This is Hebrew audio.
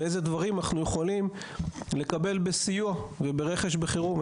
ואיזה דברים אנחנו יכולים לקבל בסיוע וברכש בחירום.